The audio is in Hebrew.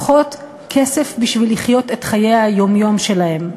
פחות כסף בשביל לחיות את חיי היום-יום שלהם,